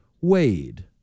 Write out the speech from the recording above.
Wade